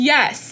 Yes